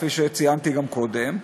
כפי שציינתי גם קודם,